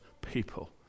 people